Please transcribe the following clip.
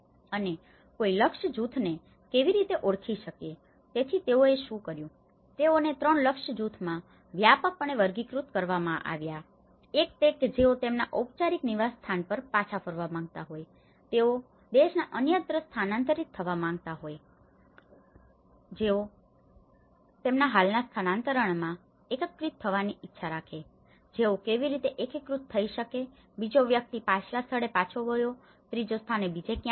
અને કોઈ લક્ષ્ય જૂથોને કેવી રીતે ઓળખી શકે છે તેથી તેઓએ શું કર્યું તેઓને 3 લક્ષ્ય જૂથોમાં વ્યાપકપણે વર્ગીકૃત કરવામાં આવ્યા છે એક તે છે કે જેઓ તેમના ઔપચારિક નિવાસસ્થાન પર પાછા ફરવા માંગતા હોય જેઓ દેશમાં અન્યત્ર સ્થાનાંતરિત થવા માંગતા હોય તે જેઓ તેમના હાલના સ્થાનાંતરણના સ્થાને એકીકૃત થવાની ઇચ્છા રાખે છે જેથી તેઓ કેવી રીતે એકીકૃત થઈ શકે બીજો વ્યક્તિ પાછલા સ્થળે પાછો ગયો ત્રીજો સ્થાને બીજે ક્યાંક ગયો